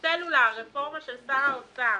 הסלולר, הרפורמה של שר האוצר,